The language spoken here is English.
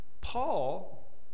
Paul